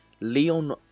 Leon